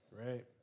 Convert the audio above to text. Right